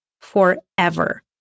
forever